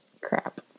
Crap